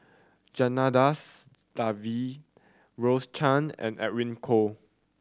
Janadas Devan Rose Chan and Edwin Koo